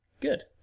Good